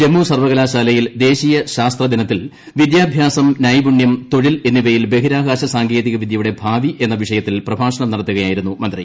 ജമ്മു സർവകലാശാലയിൽ ദേശീയ ശാസ്ത്ര ദിനത്തിൽ വിദ്യാഭ്യാസം നൈപുണ്യം തൊഴിൽ എന്നിവയിൽ ബഹിരാകാശ സാങ്കേതികവിദ്യയുടെ ഭാവി എന്ന വിഷയത്തിൽ പ്രഭാഷണം നടത്തുകയായിരുന്നു മന്ത്രി